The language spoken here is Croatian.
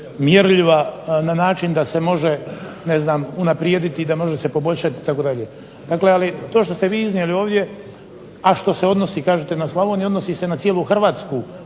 mjerljiva na način da se može unaprijediti, da može se poboljšati itd. Dakle, ali to što ste vi iznijeli ovdje a što se odnosi na Slavoniju odnosi se na cijelu HRvatsku